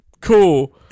Cool